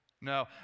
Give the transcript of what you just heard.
No